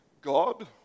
God